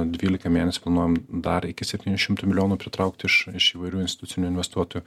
dvylika mėnesių planuojam dar iki septynių šimtų milijonų pritraukt iš iš įvairių institucinių investuotojų